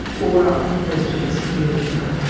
or i've requested a security guard.